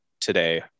today